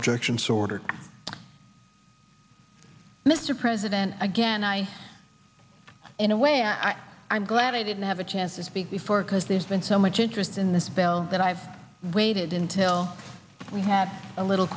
objection sorter mr president again i in a way i i'm glad i didn't have a chance to speak before because there's been so much interest in the spell that i've waited until we had a little